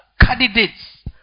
candidates